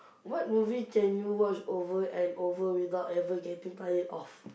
what movie can you watch over and over without ever getting tired of